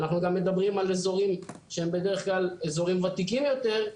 אנחנו גם מדברים על אזורים שהם בדרך כלל אזורים ותיקים יותר,